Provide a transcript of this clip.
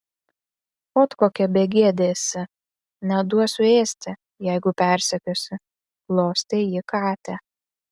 ot kokia begėdė esi neduosiu ėsti jeigu persekiosi glostė ji katę